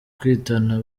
kwitana